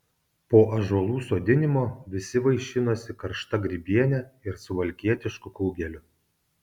po ąžuolų sodinimo visi vaišinosi karšta grybiene ir suvalkietišku kugeliu